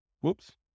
Whoops